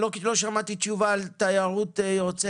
לא שמעתי תשובה לגבי התיירות היוצאת,